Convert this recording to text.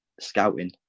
scouting